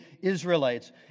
Israelites